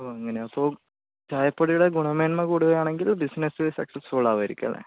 ഓ അങ്ങനെ അപ്പോൾ ചായപ്പൊടിയുടെ ഗുണമേന്മ കൂടുകയാണെങ്കിൽ ബിസിനസ്സ് സക്സസ്ഫുള്ളാകുമായിരിക്കും അല്ലെ